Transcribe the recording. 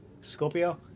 Scorpio